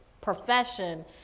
profession